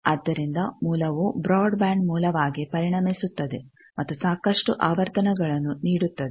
ಆದ್ದರಿಂದ ಮೂಲವು ಬ್ರಾಡ್ಬಾಂಡ್ ಮೂಲವಾಗಿ ಪರಿಣಮಿಸುತ್ತದೆ ಮತ್ತು ಸಾಕಷ್ಟು ಆವರ್ತನಗಳನ್ನು ನೀಡುತ್ತದೆ